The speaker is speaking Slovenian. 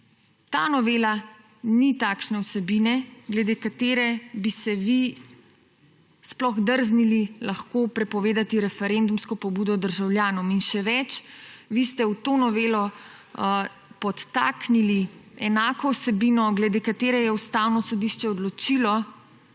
ta novela ni takšne vsebine, glede katere bi se vi sploh drznili lahko prepovedati referendumsko pobudo državljanom. In še več, vi ste v to novelo podtaknili enako vsebino, glede katere je Ustavno sodišče odločilo,